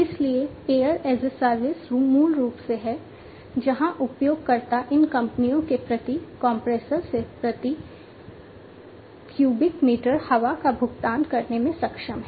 इसलिए air as a service मूल रूप से है जहां उपयोगकर्ता इन कंपनियों के प्रति कंप्रेशर से प्रति क्यूबिक मीटर हवा का भुगतान करने में सक्षम हैं